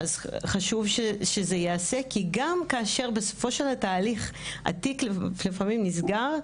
אז חשוב שזה יעשה כי גם כאשר בסופו של התהליך התיק לפעמים נסגר,